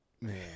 Man